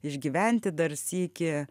išgyventi dar sykį